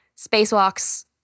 spacewalks